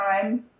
time